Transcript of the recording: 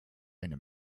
eine